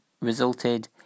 resulted